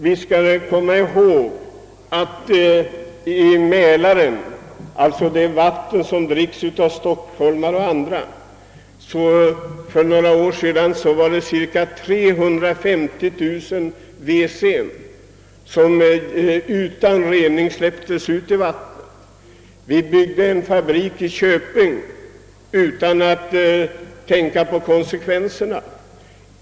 Vi skall komma ihåg att redan för några år sedan 350 000 we:n utan rening släppte ut sitt innehåll i Mälaren — alltså i det vatten som dricks av stockholmare och många andra. Vi byggde en fabrik i Köping utan att tänka på konsekvenserna.